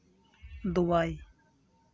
Dubai